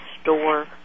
store